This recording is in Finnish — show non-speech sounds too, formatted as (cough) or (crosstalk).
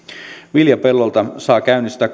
viljapellolta saa käynnistää (unintelligible)